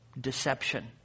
Deception